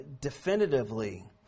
definitively